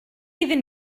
iddyn